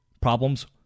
problems